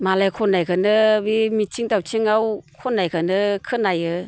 मालाय खन्नायखौनो बे मिथिं दावथिंआव खन्नायखौनो खोनायो